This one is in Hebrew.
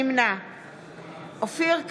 נמנע אופיר כץ,